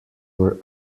were